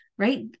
Right